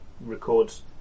records